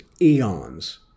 eons